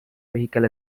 vehicle